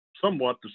somewhat